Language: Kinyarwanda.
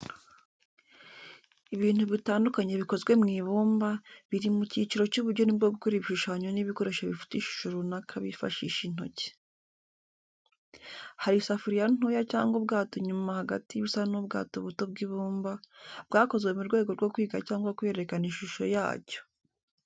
Ibintu bitandukanye bikozwe mu ibumba, biri mu cyiciro cy’ubugeni bwo gukora ibishushanyo n’ibikoresho bifite ishusho runaka bifashisha intoki. Hari isafuriya ntoya cyangwa ubwato inyuma hagati bisa n’ubwato buto bw’ibumba, bwakozwe mu rwego rwo kwiga cyangwa kwerekana ishusho yacyo.